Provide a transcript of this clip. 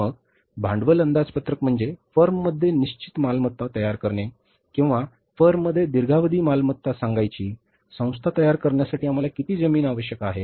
मग भांडवल अंदाजपत्रक म्हणजे फर्ममध्ये निश्चित मालमत्ता तयार करणे किंवा फर्ममध्ये दीर्घावधी मालमत्ता सांगायची संस्था तयार करण्यासाठी आम्हाला किती जमीन आवश्यक आहे